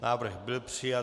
Návrh byl přijat.